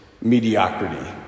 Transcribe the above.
mediocrity